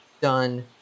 done